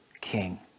king